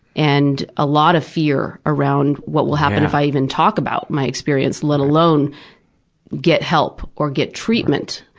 and a lot of fear around what will happen if i even talk about my experience, let alone get help or get treatment.